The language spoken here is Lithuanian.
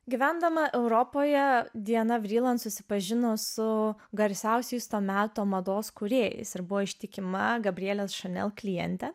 gyvendama europoje dianą vriland susipažino su garsiausiais to meto mados kūrėjais ir buvo ištikima gabrielės chanel klientė